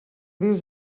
dius